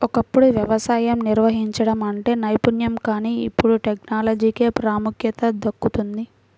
ఒకప్పుడు వ్యాపారం నిర్వహించడం అంటే నైపుణ్యం కానీ ఇప్పుడు టెక్నాలజీకే ప్రాముఖ్యత దక్కుతోంది